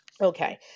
okay